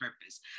purpose